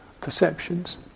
perceptions